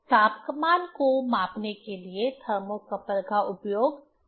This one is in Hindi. तापमान को मापने के लिए थर्मोकपल का उपयोग कैसे किया जाता है